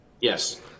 Yes